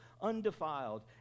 undefiled